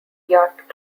yacht